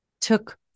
took